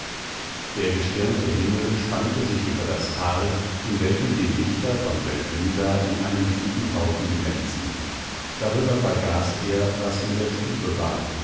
der gestirnte himmel spannte sich über das tal in welchem die lichter von seldwyla in einem dichten haufen glänzten darüber vergaß er was in der stube war